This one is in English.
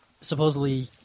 Supposedly